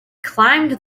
climbed